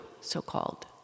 so-called